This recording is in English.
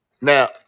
Now